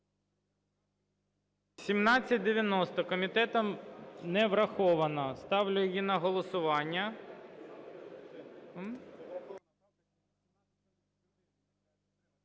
1790. Комітетом не врахована. Ставлю її на голосування.